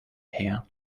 here